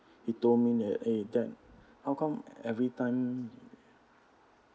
he told me that eh how come every time